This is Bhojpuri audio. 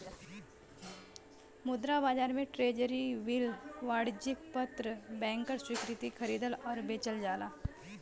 मुद्रा बाजार में ट्रेज़री बिल वाणिज्यिक पत्र बैंकर स्वीकृति खरीदल आउर बेचल जाला